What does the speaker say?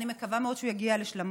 אני מקווה מאוד שהוא יגיע להשלמתו,